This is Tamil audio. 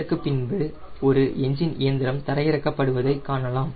இதற்குப் பின்பு ஒரு எஞ்சின் இயந்திரம் தரையிறக்கப்படுவதை காணலாம்